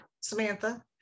Samantha